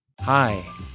Hi